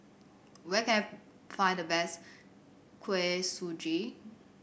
where can I find the best Kuih Suji